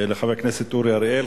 לחבר הכנסת אורי אריאל.